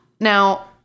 now